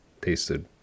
Tasted